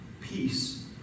Peace